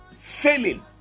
failing